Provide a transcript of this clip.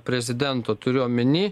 prezidento turiu omeny